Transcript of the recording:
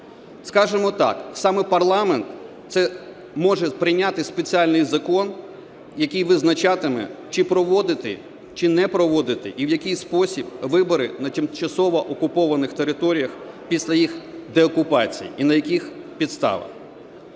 Скажемо так, саме парламент може прийняти спеціальний закон, який визначатиме, чи проводити, чи не проводити і в якій спосіб вибори на тимчасово окупованих територіях після їх деокупації і на яких підставах.